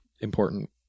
Important